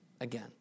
again